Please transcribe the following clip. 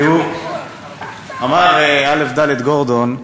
אמר א"ד גורדון: